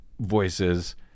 voices